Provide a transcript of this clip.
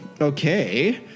Okay